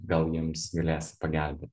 gal jiems galėsi pagelbėt